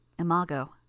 Imago